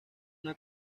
una